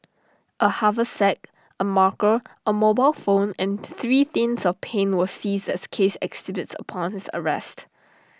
A haversack A marker A mobile phone and three tins of paint were seized as case exhibits upon his arrest